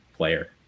player